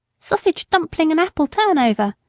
sausage dumpling and apple turnover!